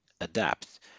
Adapt